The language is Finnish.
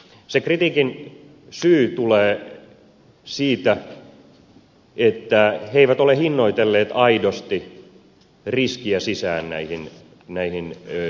se kritiikin syy tulee siitä että ne eivät ole hinnoitelleet aidosti riskiä sisään näihin velkapapereihin